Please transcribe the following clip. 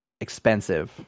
expensive